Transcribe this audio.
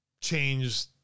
change